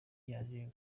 yaje